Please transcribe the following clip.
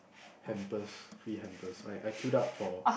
hampers free hampers right I queued up for